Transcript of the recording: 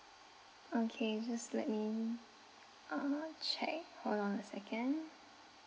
okay just let me uh check hold on a second